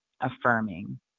affirming